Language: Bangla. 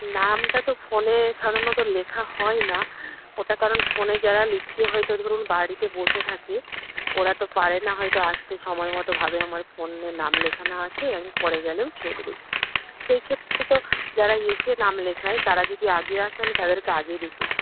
নামটা তো ফোনে সাধারণত লেখা হয় না ওটা কারণ ফোনে যারা লিখিয়ে হয়তো ধরুন বাড়িতে বসে থাকে ওরা তো পারে না হয়তো আসতে সময় মতো ভাবে আমার ফোনে নাম লেখানো আছে আমি পরে গেলেও চলবে সেইক্ষেত্রে তো যারা এসে নাম লেখায় তারা যদি আগে আসে আমি তাদেরকে আগে দেখি